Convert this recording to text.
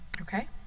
Okay